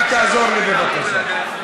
אל תעזור לי, בבקשה.